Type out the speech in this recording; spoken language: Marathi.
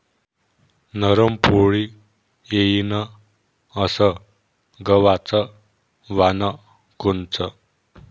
नरम पोळी येईन अस गवाचं वान कोनचं?